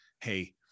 Hey